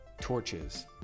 torches